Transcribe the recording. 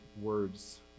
words